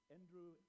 Andrew